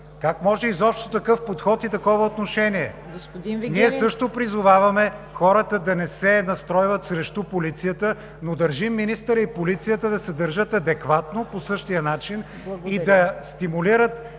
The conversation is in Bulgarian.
Как може изобщо такъв подход и такова отношение?! Ние също призоваваме хората да не се настройват срещу полицията, но държим министърът и полицията да се държат адекватно по същия начин и да стимулират